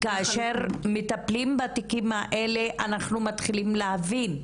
כאשר מטפלים בתיקים האלה אנחנו מתחילים להבין.